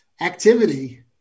Activity